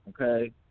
okay